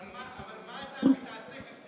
אבל מה אתה מתעסק עם דקדוקי עניות,